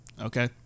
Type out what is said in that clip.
okay